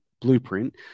blueprint